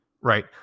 right